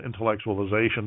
intellectualization